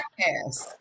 podcast